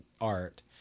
art